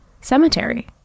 cemetery